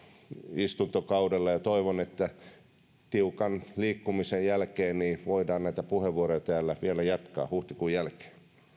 istuntokaudella ja ja toivon että tiukan liikkumisen jälkeen voidaan näitä puheenvuoroja täällä vielä jatkaa huhtikuun jälkeen